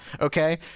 okay